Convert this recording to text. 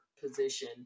position